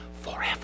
forever